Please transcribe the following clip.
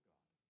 God